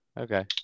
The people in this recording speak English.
okay